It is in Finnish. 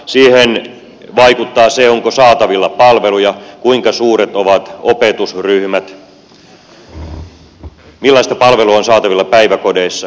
siihen vaikuttaa se onko saatavilla palveluja kuinka suuret ovat opetusryhmät millaista palvelua on saatavilla päiväkodeissa